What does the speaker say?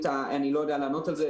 אני לא יודע לענות על זה,